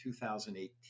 2018